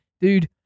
dude